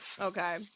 okay